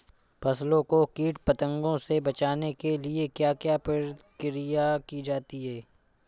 फसलों को कीट पतंगों से बचाने के लिए क्या क्या प्रकिर्या की जाती है?